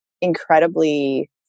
incredibly